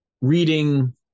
reading